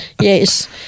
yes